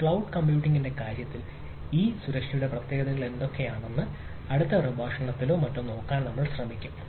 cloud കമ്പ്യൂട്ടിംഗിന്റെ കാര്യത്തിൽ ഈ സുരക്ഷയുടെ പ്രത്യേകതകൾ എന്തൊക്കെയാണെന്നോ അടുത്ത പ്രഭാഷണത്തിലോ മറ്റോ നോക്കാൻ നമ്മൾ ശ്രമിക്കും